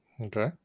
Okay